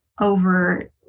over